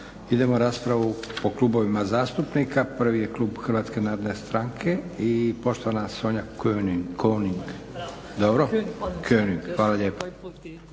Idemo raspravu po klubovima zastupnika. Prvi je klub Hrvatske narodne stranke i poštovana Sonja König. Hvala lijepa.